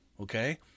okay